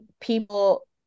people